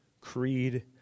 creed